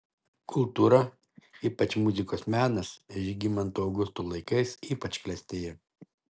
kultūra ypač muzikos menas žygimanto augusto laikais ypač klestėjo